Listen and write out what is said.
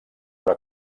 però